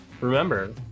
remember